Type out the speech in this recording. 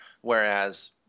whereas